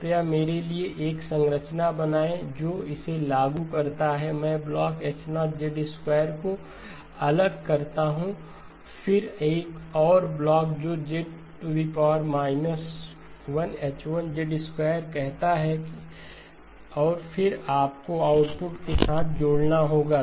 कृपया मेरे लिए एक संरचना बनाएं जो इसे लागू करता है मैं ब्लॉक H 0 को अलग करता हूं फिर एक और ब्लॉक जो Z 1H1 कहता है और फिर आपको आउटपुट को एक साथ जोड़ना होगा